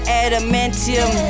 adamantium